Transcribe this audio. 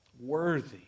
worthy